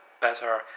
better